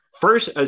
first